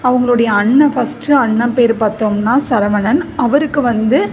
அவங்களுடைய அண்ணன் ஃபஸ்ட்டு அண்ணன் பேர் பார்த்தோம்னா சரவணன் அவருக்கு வந்து